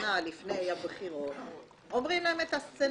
האחרונה לפני הבחירות אומרים להם את הסצנריו,